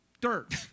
dirt